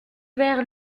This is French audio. verts